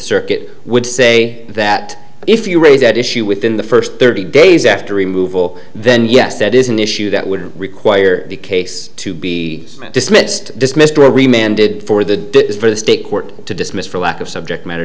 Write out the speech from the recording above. circuit would say that if you raise that issue within the first thirty days after removal then yes that is an issue that would require the case to be dismissed this mystery man did for the state court to dismiss for lack of subject matter